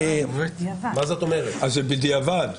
אם כן, זה בדיעבד.